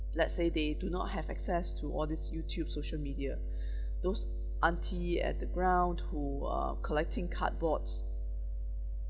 let's say they do not have access to all this YouTube social media those aunty at the ground who are collecting cardboards